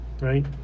right